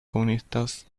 comunistas